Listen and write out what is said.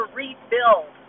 rebuild